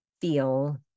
feel